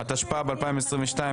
התשפ"ג-2022,